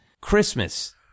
Christmas